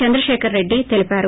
చంద్రశేఖర్ రెడ్డి తెలిపారు